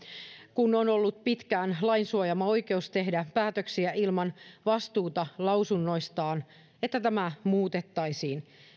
pitkään ollut lain suojaama oikeus tehdä päätöksiä ilman vastuuta lausunnoistaan muutettaisiin